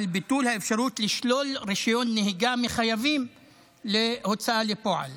לביטול האפשרות לשלול רישיון נהיגה מחייבים להוצאה לפועל.